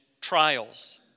trials